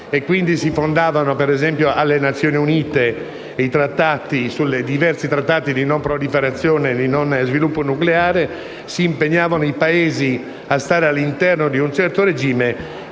Si ratificavano, ad esempio, alle Nazioni Unite i diversi Trattati di non proliferazione e sviluppo nucleare, si impegnavano i Paesi a stare all'interno di un certo regime.